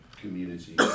community